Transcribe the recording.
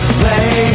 play